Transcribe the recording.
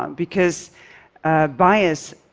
um because bias